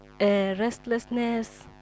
Restlessness